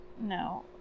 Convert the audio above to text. No